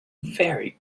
very